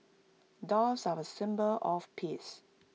doves are A symbol of peace